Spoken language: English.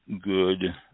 good